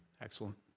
Excellent